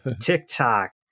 TikTok